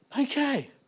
okay